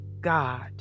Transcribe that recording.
God